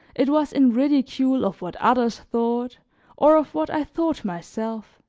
it was in ridicule of what others thought or of what i thought myself.